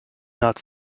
not